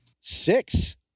Six